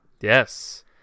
yes